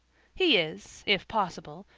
he is, if possible,